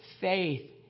faith